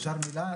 תודה רבה.